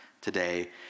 today